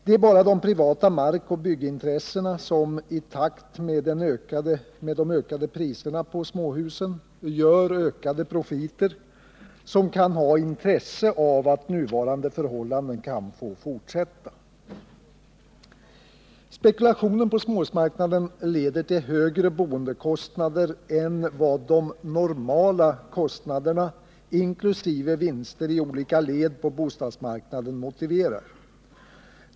Det är bara de privata markoch byggintressen, som i takt med de ökade priserna på småhusen gör ökade profiter, som kan ha intresse av att nuvarande förhållanden får fortsätta. Spekulationen på småhusmarknaden leder till högre boendekostnader än vad de ”normala” kostnaderna, inkl. vinster i olika led på bostadsmarknaden, motiverar.